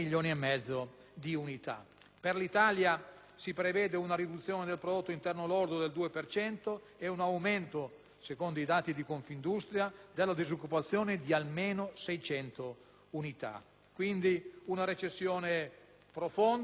Per l'Italia si prevede una riduzione del prodotto interno lordo del 2 per cento e un aumento, secondo i dati di Confindustria, della disoccupazione di almeno 600.000 unità. Dovremo quindi affrontare una recessione profonda, che è già in atto